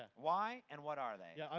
ah why and what are they? yeah,